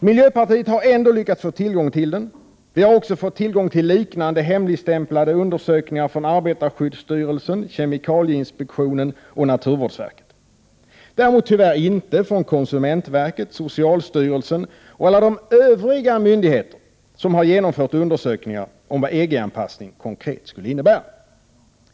Miljöpartiet har ändå lyckats få tillgång till den. Vi har också fått tillgång till liknande hemligstämplade undersökningar från arbetarskyddsstyrelsen, kemikalieinspektionen och naturvårdsverket; däremot tyvärr inte från konsumentverket, socialstyrelsen och alla de övriga myndigheter som har genomfört undersökningar om vad en EG-anpassning konkret skulle innebära.